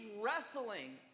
wrestling